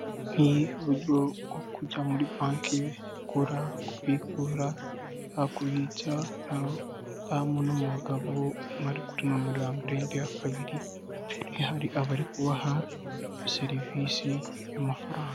Uburyo bwo kujya muri banki, bukora kubikura haba kubitsa, hari umudamu n'umugabo uri kuri nimero ya mbere undi kabiri bafite hari abari kubaha iyo serivisi y'amafaranga.